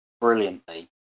brilliantly